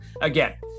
Again